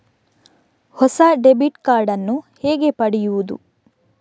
ಹೊಸ debit card ನ್ನು ಹೇಗೆ ಪಡೆಯುದು?